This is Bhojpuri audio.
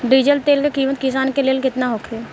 डीजल तेल के किमत किसान के लेल केतना होखे?